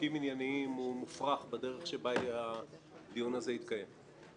בנימוקים עניינים הוא מופרך בדרך שבה הדיון הזה התקיים.